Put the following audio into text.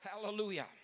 Hallelujah